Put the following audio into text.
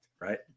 right